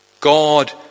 God